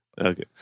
Okay